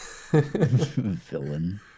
villain